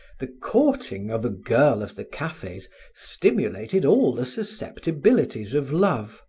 the courting of a girl of the cafes stimulated all the susceptibilities of love,